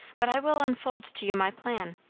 but i will unfold to you my plan.